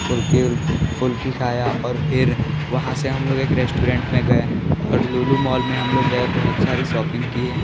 फुल्की उल्की फुल्की खाया और फिर वहाँ से हम लोग एक रेस्टोरेंट में गए और लुलु मॉल में हम लोग गए बहुत सारी सॉपिंग किए